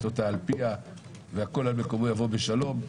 אותו על פיו והכול על מקום יבוא בשלום.